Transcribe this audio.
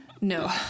No